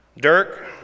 Dirk